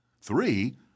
Three